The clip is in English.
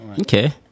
Okay